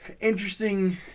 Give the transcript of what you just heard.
Interesting